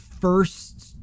first